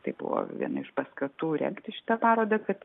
tai buvo viena iš paskatų rengti šitą parodą kad